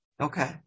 Okay